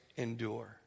endure